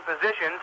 positions